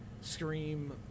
scream